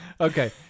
Okay